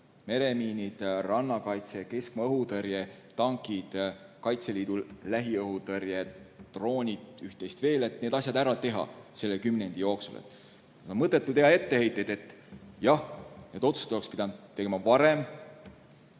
meremiinid, rannakaitse, keskmaa-õhutõrje, tankid, Kaitseliidu lähiõhutõrje droonid, üht-teist veel – ära teha selle kümnendi jooksul. Mõttetu on teha etteheiteid, et jah, need otsused oleks pidanud tegema varem.